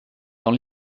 dans